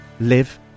live